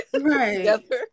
right